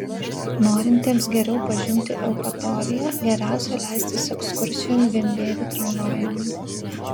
norintiems geriau pažinti eupatoriją geriausia leistis ekskursijon vienbėgiu tramvajumi